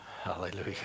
Hallelujah